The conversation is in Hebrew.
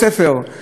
ילדים שלהם,